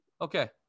Okay